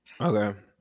Okay